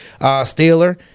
Steeler